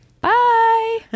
Bye